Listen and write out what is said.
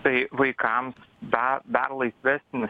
tai vaikam da dar laisvesnis